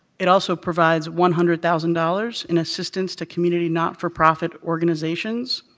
it also provides one hundred thousand dollars in assistance to community not-for-profit organizations.